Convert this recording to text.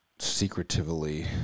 secretively